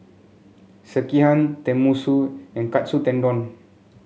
Sekihan Tenmusu and Katsu Tendon